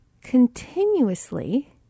continuously